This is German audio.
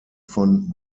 von